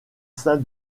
sein